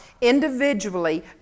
individually